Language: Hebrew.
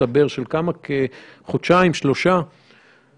סדר גודל של כחודשיים וחצי נעשה שימוש בכלי.